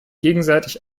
gegenseitig